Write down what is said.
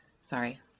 Sorry